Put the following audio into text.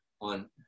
on